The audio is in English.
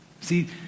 See